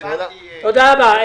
תודה רבה.